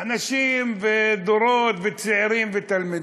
אנשים ודורות וצעירים ותלמידים,